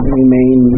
remain